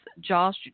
josh